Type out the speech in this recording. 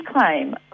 claim